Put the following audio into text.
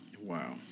Wow